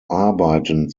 arbeiten